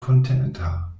kontenta